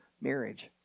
marriage